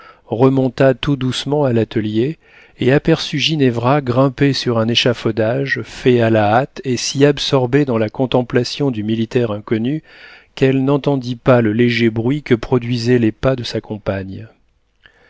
remonta tout doucement à l'atelier et aperçut ginevra grimpée sur un échafaudage fait à la hâte et si absorbée dans la contemplation du militaire inconnu qu'elle n'entendit pas le léger bruit que produisaient les pas de sa compagne